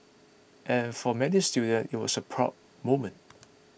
and for many students it was a proud moment